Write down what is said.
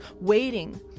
waiting